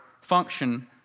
function